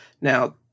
Now